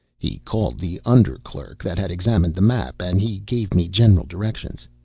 he called the under clerk that had examined the map, and he gave me general directions.